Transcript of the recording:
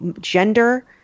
Gender